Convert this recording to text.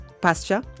pasture